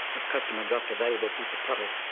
a customer dropped a valuable piece of pottery.